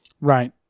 Right